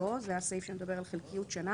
כנוסחה בהחלטה זו" זה הסעיף שמדבר על חלקיות שנה